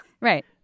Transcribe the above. Right